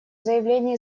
заявление